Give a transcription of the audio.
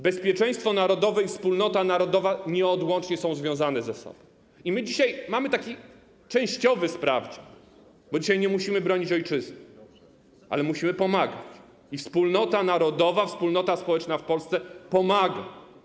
Bezpieczeństwo narodowe i wspólnota narodowa nieodłącznie są związane ze sobą i my dzisiaj mamy taki częściowy sprawdzian, bo dzisiaj nie musimy bronić ojczyzny, ale musimy pomagać i wspólnota narodowa, wspólnota społeczna w Polsce pomaga.